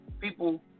people